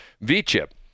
V-Chip